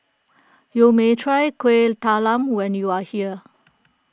you may try Kueh Talam when you are here